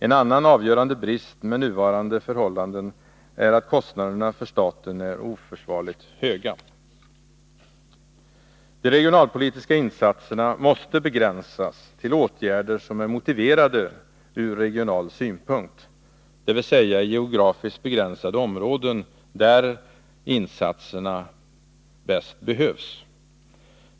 En annan avgörande brist med nuvarande förhållanden är att kostnaderna för stäten är oförsvarligt höga. De regionalpolitiska insatserna måste begränsas till åtgärder som är motiverade från regional synpunkt, dvs. i geografiskt begränsade områden där insatserna bäst behövs.